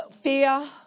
Fear